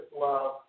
love